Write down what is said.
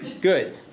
Good